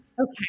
Okay